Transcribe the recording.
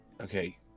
okay